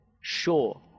Sure